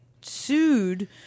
sued